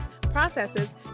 processes